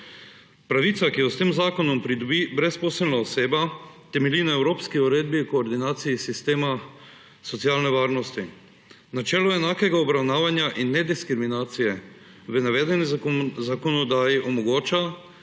Pravica, ki jo s tem zakonom pridobi brezposelna oseba, temelji na evropski Uredbi o koordinaciji sistemov socialne varnosti. Načelo enakega obravnavanja in nediskriminacije v navedeni zakonodaji omogoča,